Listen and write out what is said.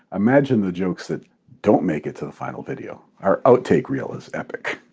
imagine the jokes that don't make it to the final video. our outtake real is epic.